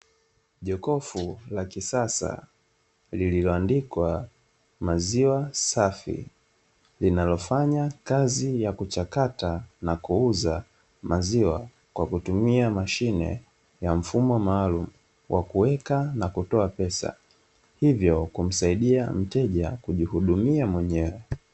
Jokofu la kisasa lililoandikwa "maziwa safi" linalofanya kazi ya kuchakata na kuuza maziwa, kwa kutumia mashine ya mfumo maalumu wa kuweka na kutoa pesa, hivyo kumsaidia mteja kujihudumia mwenyewe.